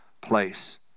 place